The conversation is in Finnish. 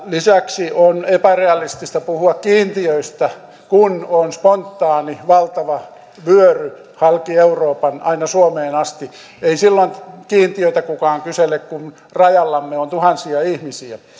lisäksi on epärealistista puhua kiintiöistä kun on spontaani valtava vyöry halki euroopan aina suomeen asti ei silloin kiintiötä kukaan kysele kun rajallamme on tuhansia ihmisiä